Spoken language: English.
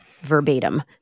Verbatim